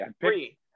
Three